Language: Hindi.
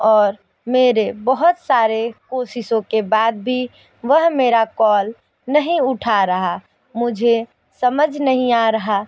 और मेरे बहुत सारे कोशिशों के बाद भी वह मेरा कॉल नहीं उठा रहा मुझे समझ नहीं आ रहा